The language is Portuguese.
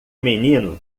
menino